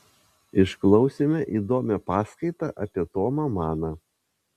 išklausėme įdomią paskaitą apie tomą maną